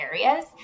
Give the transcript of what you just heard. areas